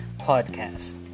Podcast